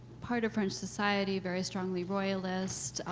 part of french society, very strongly royalist,